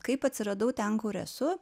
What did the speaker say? kaip atsiradau ten kur esu